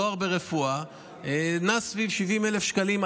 תואר ברפואה נע סביב 70,000 שקלים,